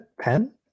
pen